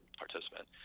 participant